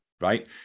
right